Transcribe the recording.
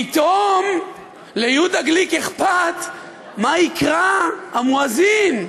פתאום ליהודה גליק אכפת מה יקרא המואזין.